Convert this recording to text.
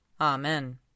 Amen